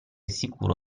sicuro